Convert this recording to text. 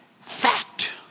fact